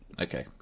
Okay